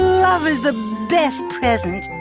love is the best present.